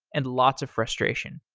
and lots of frustration.